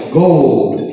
gold